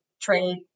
trade